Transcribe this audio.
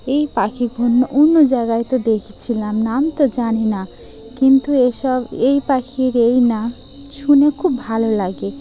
এই পাখি অন্য জায়গায় তো দেখেছিলাম নাম তো জানি না কিন্তু এসব এই পাখির এই নাম শুনে খুব ভালো লাগে